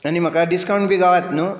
आनी म्हाका डिस्कावंट बी गावत न्हू